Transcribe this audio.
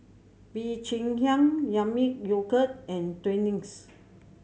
Bee Cheng Hiang Yami Yogurt and Twinings